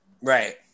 Right